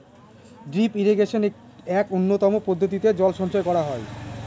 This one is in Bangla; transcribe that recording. ড্রিপ ইরিগেশনে এক উন্নতম পদ্ধতিতে জল সঞ্চয় করা হয়